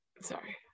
sorry